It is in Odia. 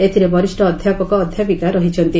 ଏଥିରେ ବରିଷ ଅଧାପକ ଅଧାପିକା ରହିଛନ୍ତି